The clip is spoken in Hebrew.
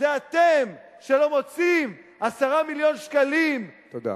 זה אתם שלא מוצאים 10 מיליון שקלים, תודה.